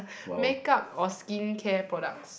makeup or skincare products